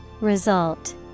Result